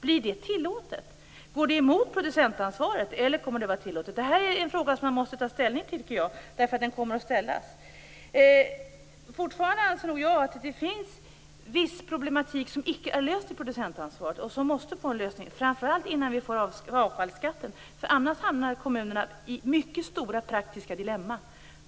Blir det tillåtet? Går det emot producentansvaret eller kommer det att vara tillåtet? Det här är en fråga som jag tycker att man måste ta ställning till, därför att den kommer att ställas. Fortfarande anser nog jag att det finns viss problematik som icke är löst i producentansvaret och som måste få en lösning, framför allt innan vi får avfallsskatten. Annars hamnar kommunerna i mycket stora praktiska dilemman.